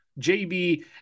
JB